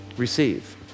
Receive